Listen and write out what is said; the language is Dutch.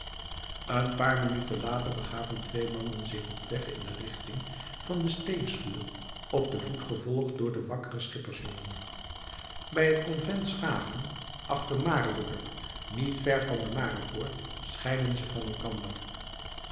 een paar minuten later begaven twee mannen zich op weg in de richting van de steenschuur op den voet gevolgd door den wakkeren schippersjongen bij het convent schagen achter maredorp niet ver van de marepoort scheidden ze van elkander